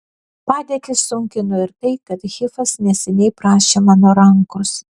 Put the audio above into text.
padėtį sunkino ir tai kad hifas neseniai prašė mano rankos